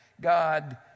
God